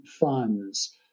funds